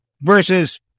versus